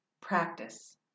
practice